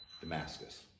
Damascus